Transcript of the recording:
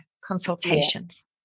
consultations